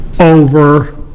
over